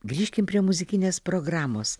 grįžkim prie muzikinės programos